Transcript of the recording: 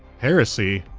heresy?